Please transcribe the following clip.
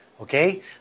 Okay